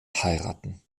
heiraten